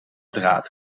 draad